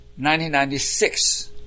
1996